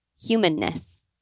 humanness